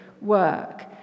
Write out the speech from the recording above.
work